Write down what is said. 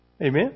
Amen